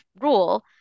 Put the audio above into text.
rule